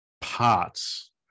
parts